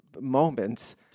moments